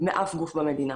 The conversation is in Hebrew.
מאף גוף מהמדינה,